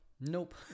Nope